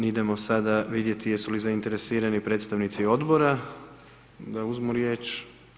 Idemo sada vidjeti jesu li zainteresirani predstavnici Odbora da uzmu riječ.